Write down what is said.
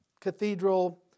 cathedral